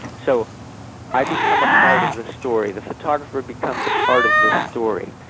so i become a part of the story. the photographer becomes a part of the story.